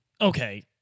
okay